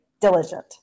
diligent